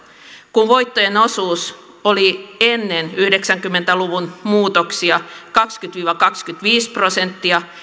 kun voittojen osuus oli ennen yhdeksänkymmentä luvun muutoksia kaksikymmentä viiva kaksikymmentäviisi prosenttia